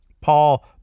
Paul